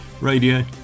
radio